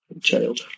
Child